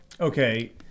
okay